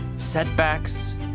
setbacks